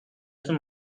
تون